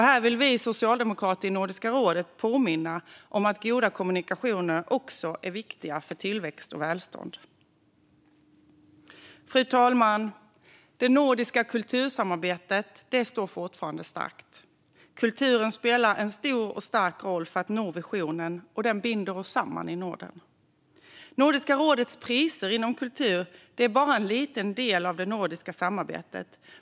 Här vill vi socialdemokrater i Nordiska rådet påminna om att goda kommunikationer också är viktiga för tillväxt och välstånd. Fru talman! Det nordiska kultursamarbetet står fortfarande starkt. Kulturen spelar en stor och stark roll för att nå visionen, och den binder oss samman i Norden. Nordiska rådets priser inom kultur är bara en liten del av det nordiska samarbetet.